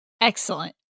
Excellent